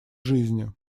жизни